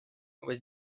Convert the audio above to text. was